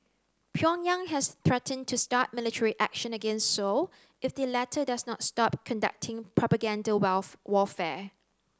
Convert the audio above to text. Pyongyang has threatened to start military action against Seoul if the latter does not stop conducting propaganda warfare